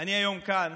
אני היום כאן